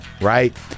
right